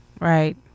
right